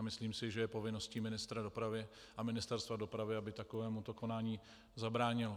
Myslím si, že je povinností ministra dopravy a Ministerstva dopravy, aby takovémuto konání zabránilo.